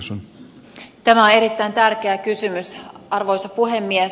tämä on erittäin tärkeä kysymys arvoisa puhemies